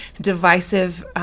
divisive